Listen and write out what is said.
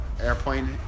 airplane